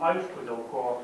aišku dėl ko